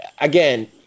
again